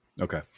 Okay